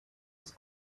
was